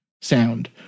sound